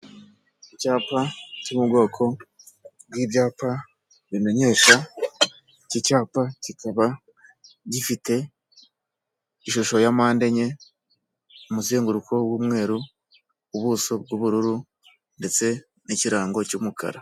Icyapa cy'u bwoko bw'ibyapa bimenyesha, iki cyapa kikaba gifite ishusho ya mpande enye, umuzenguruko w'umweru, ubuso bw'ubururu ndetse n'ikirango cy'umukara.